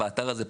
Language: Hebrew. האתר הזה פתוח.